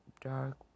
dark